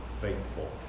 faithful